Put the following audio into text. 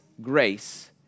grace